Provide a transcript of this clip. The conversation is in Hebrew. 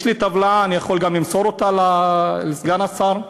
יש לי טבלה, אני יכול גם למסור אותה לסגן השר.